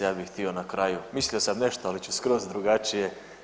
Ja bih htio na kraju, mislio sam nešto, ali ću skroz drugačije.